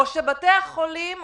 או בתי החולים אומרים,